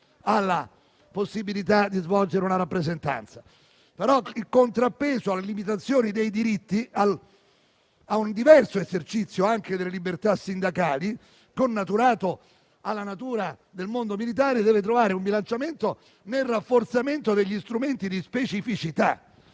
alla possibilità di svolgere una rappresentanza. Il contrappeso alle limitazioni dei diritti e a un diverso esercizio delle libertà sindacali, connaturato alla specificità del mondo militare, deve trovare un bilanciamento nel rafforzamento degli strumenti di specificità.